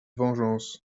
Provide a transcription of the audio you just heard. vengeance